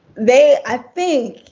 they, i think,